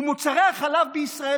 ומוצרי החלב בישראל,